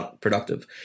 productive